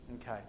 Okay